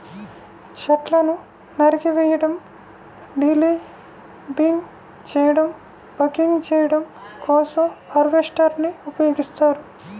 చెట్లను నరికివేయడం, డీలింబింగ్ చేయడం, బకింగ్ చేయడం కోసం హార్వెస్టర్ ని ఉపయోగిస్తారు